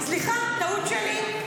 סליחה, טעות שלי.